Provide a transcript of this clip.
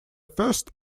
first